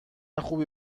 خوبی